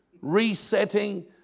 resetting